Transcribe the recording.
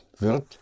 wird